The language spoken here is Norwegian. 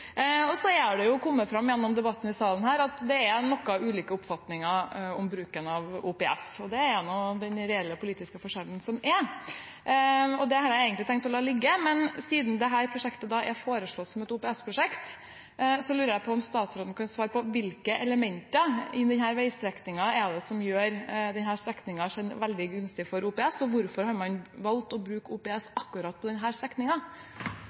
Så er det kommet fram gjennom debatten i salen at det er noe ulike oppfatninger av bruken av OPS, og det er den reelle politiske forskjellen som er. Det hadde jeg egentlig tenkt å la ligge, men siden dette prosjektet er foreslått som et OPS-prosjekt, lurer jeg på om statsråden kan svare på hvilke elementer i denne veistrekningen det er som gjør denne strekningen veldig gunstig for OPS, og hvorfor man har valgt å bruke OPS på